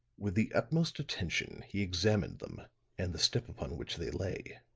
with the utmost attention he examined them and the step upon which they lay.